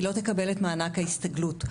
היא לא תקבל את מענק ההסתגלות,